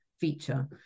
feature